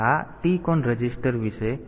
તેથી આ TCON register વિશે છે